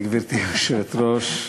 גברתי היושבת-ראש,